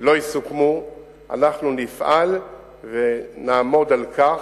לא יסוכמו אנחנו נפעל ונעמוד על כך,